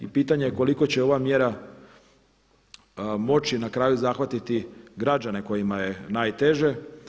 I pitanje je koliko će ova mjera moći na kraju zahvatiti građane kojima je najteže.